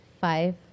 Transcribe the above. five